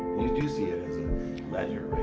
you do see it as ledger,